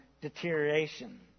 deterioration